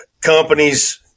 companies